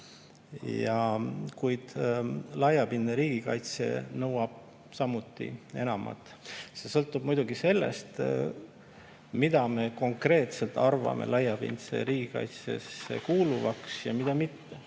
kuid laiapindne riigikaitse nõuab samuti enamat. See sõltub muidugi sellest, mida me konkreetselt arvame laiapindse riigikaitse alla kuuluvat ja mida mitte.